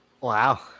Wow